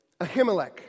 Ahimelech